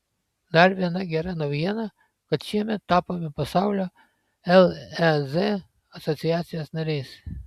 dar viena gera naujiena kad šiemet tapome pasaulio lez asociacijos nariais